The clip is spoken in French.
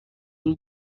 une